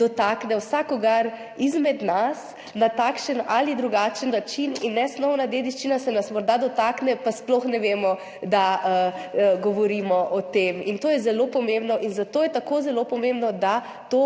dotakne vsakogar izmed nas na takšen ali drugačen način. In nesnovna dediščina se nas morda dotakne, pa sploh ne vemo, da govorimo o tem. To je zelo pomembno in zato je tako zelo pomembno, da to